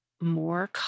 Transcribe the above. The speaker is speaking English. more